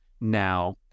now